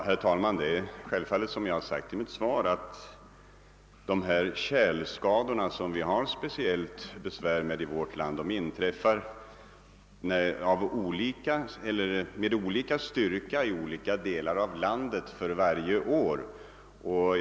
Herr talman! Som jag framhållit i mitt svar inträffar tjälskadorna på vägarna — vilka vi har särskilt besvär med i vårt land — med olika styrka i olika delar av landet varje år.